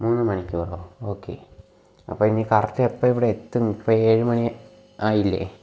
മൂന്ന് മണിക്കൂറോ ഓക്കെ അപ്പോയിനി കറക്റ്റ് എപ്പോൾ ഇവിടെയെത്തും ഇപ്പം ഏഴ് മണി ആയില്ലേ